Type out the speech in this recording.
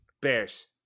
bears